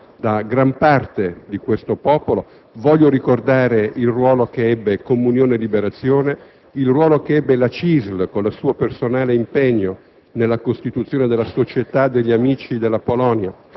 da gran parte di questo popolo. Voglio ricordare il ruolo che ebbe Comunione e Liberazione, il ruolo che ebbe la CISL con il suo personale impegno nella costituzione della Società degli amici della Polonia,